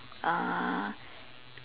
uh